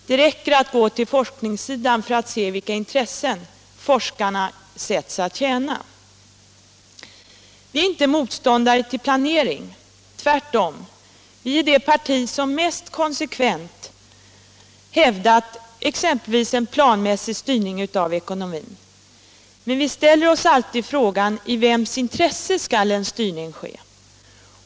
Det räcker att gå till forskningssidan för att se vilka intressen forskarna sätts att tjäna. Vi är inte motståndare till planering — tvärtom, vi är det parti som mest konsekvent hävdat exempelvis en planmässig styrning av ekonomin. Men vi ställer oss alltid frågan: I vems intresse skall en styrning ske?